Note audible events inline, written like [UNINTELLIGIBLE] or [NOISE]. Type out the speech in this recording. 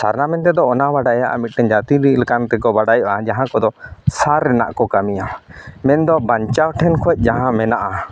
ᱥᱟᱨᱱᱟ ᱢᱮᱱᱛᱮᱫᱚ ᱚᱱᱟ ᱵᱟᱰᱟᱭᱚᱜᱼᱟ ᱢᱤᱫᱴᱟᱝ ᱡᱟᱛᱤ [UNINTELLIGIBLE] ᱞᱮᱠᱟᱱ ᱛᱮᱠᱚ ᱵᱟᱰᱟᱭᱚᱜᱼᱟ ᱡᱟᱦᱟᱸ ᱠᱚᱫᱚ ᱥᱟᱨ ᱨᱮᱱᱟᱜ ᱠᱚ ᱠᱟᱹᱢᱤᱭᱟ ᱢᱮᱱᱫᱚ ᱵᱟᱧᱪᱟᱣ ᱴᱷᱮᱱ ᱠᱷᱚᱱ ᱡᱟᱦᱟᱸ ᱢᱮᱱᱟᱜᱼᱟ